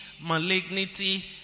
malignity